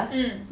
mm